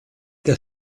der